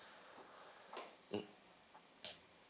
mm